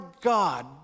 God